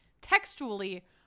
textually